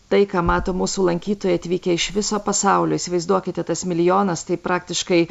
tai ką mato mūsų lankytojai atvykę iš viso pasaulio įsivaizduokite tas milijonas tai praktiškai